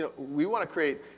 ah we wanna create,